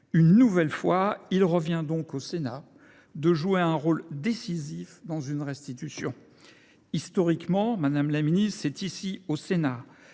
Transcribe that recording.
Une nouvelle fois, il revient donc au Sénat de jouer un rôle décisif dans une restitution. Historiquement, Madame la Ministre, c'est ici au Sénat